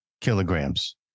kilograms